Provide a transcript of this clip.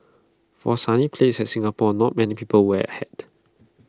for A sunny place like Singapore not many people wear A hat